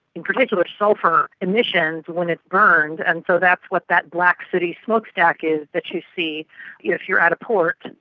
in particular sulphur emissions when it burns, and so that's what that black sooty smokestack is that you see if you are at a port.